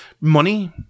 money